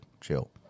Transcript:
chill